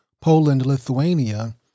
Poland-Lithuania